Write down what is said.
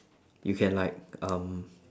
you can like um